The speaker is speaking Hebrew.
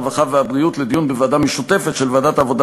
הרווחה והבריאות לדיון בוועדה המשותפת של ועדת העבודה,